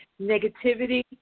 negativity